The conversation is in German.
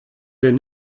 denn